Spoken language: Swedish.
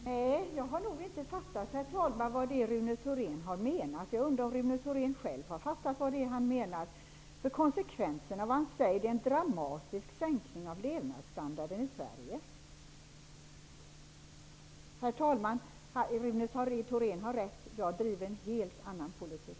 Herr talman! Nej, jag har nog inte fattat vad Rune Thorén menar. Jag undrar om Rune Thorén själv har fattat vad han menar, för konsekvenserna av det han säger är en dramatisk sänkning av levnadsstandarden i Sverige. Herr talman! Rune Thorén har rätt: jag driver en helt annan politik.